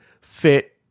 fit